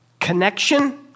connection